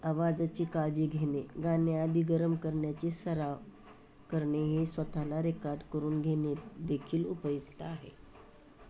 आवाजाची काळजी घेणे गाणे आधी गरम करण्याची सराव करणे हे स्वतःला रेकार्ड करून घेणे देखील उपयुक्त आहे